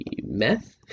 meth